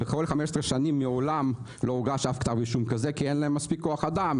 במשך 15 שנים לא הוגש מעולם כתב אישום כזה כי אין להם מספיק כוח אדם.